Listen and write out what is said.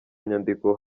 nyandiko